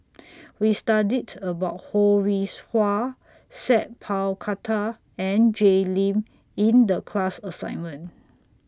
We studied about Ho Rih Hwa Sat Pal Khattar and Jay Lim in The class assignment